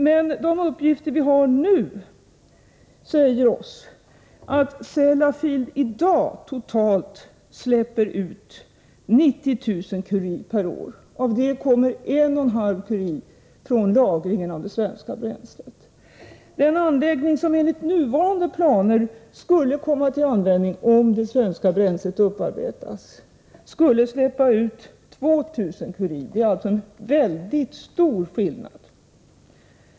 Men de uppgifter vi har nu säger oss att Sellafield i dag totalt släpper ut 90 000 curie per år. Av det kommer 1,5 curie från lagringen av det svenska bränslet. Den anläggning som enligt nuvarande planer skulle komma till användning, om det svenska bränslet upparbetas, skulle släppa ut 2 000 curie. Det är alltså en väldigt stor skillnad.